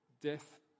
death